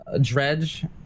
Dredge